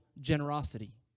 generosity